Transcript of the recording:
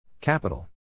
Capital